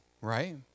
right